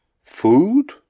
Food